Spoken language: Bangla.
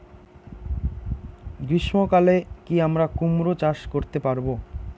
গ্রীষ্ম কালে কি আমরা কুমরো চাষ করতে পারবো?